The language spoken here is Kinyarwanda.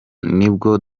nibwo